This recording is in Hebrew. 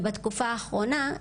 בתקופה האחרונה,